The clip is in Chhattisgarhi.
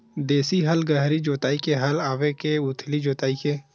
देशी हल गहरी जोताई के हल आवे के उथली जोताई के?